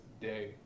day